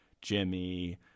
Jimmy –